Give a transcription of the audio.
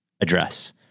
address